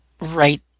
right